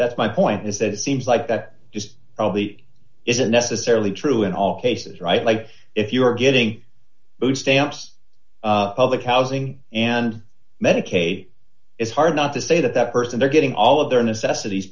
that's my point is that it seems like that just isn't necessarily true in all cases right like if you are getting food stamps public housing and medicaid it's hard not to say that that person they're getting all of their necessities